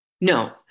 no